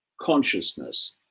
consciousness